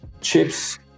chips